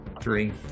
Three